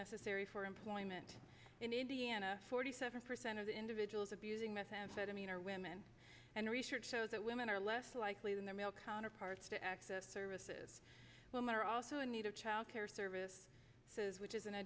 necessary for employment in indiana forty seven percent of the individuals abusing methamphetamine are women and the research shows that women are less likely than their male counterparts to access services women are also in need of childcare service which is an